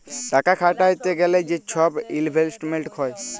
টাকা খাটাইতে গ্যালে যে ছব ইলভেস্টমেল্ট হ্যয়